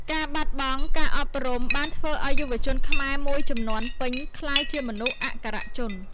ការបាត់បង់ការអប់រំបានធ្វើឱ្យយុវជនខ្មែរមួយជំនាន់ពេញក្លាយជាមនុស្សអក្ខរជន។